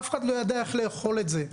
אף אחד לא ידע איך לאכול את זה.